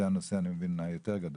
זהו הנושא היותר גדול,